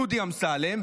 דודי אמסלם,